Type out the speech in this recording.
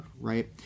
right